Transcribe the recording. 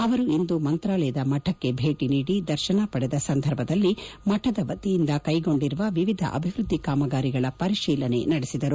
ಅವರು ಇಂದು ಮಂತ್ರಾಲಯದ ಮಠಕ್ಷೆ ಭೇಟಿ ನೀಡಿ ದರ್ಶನ ಪಡೆದ ಸಂದರ್ಭದಲ್ಲಿ ಮಠದ ವತಿಯಿಂದ ಕೈಗೊಂಡಿರುವ ವಿವಿಧ ಅಭಿವೃದ್ದಿ ಕಾಮಗಾರಿಗಳ ಪರಿತೀಲನೆ ನಡೆಸಿದರು